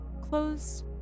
Close